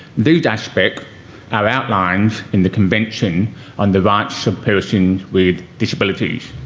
these aspects are outlined in the convention on the rights of persons with disabilities.